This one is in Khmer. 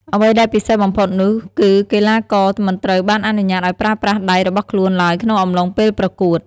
អ្វីដែលពិសេសបំផុតនោះគឺកីឡាករមិនត្រូវបានអនុញ្ញាតឲ្យប្រើប្រាស់ដៃរបស់ខ្លួនឡើយក្នុងអំឡុងពេលប្រកួត។